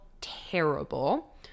terrible